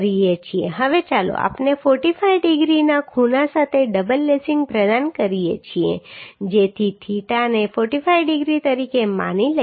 હવે ચાલો આપણે 45 ડિગ્રીના ખૂણા સાથે ડબલ લેસિંગ પ્રદાન કરીએ જેથી થીટાને 45 ડિગ્રી તરીકે માની લઈએ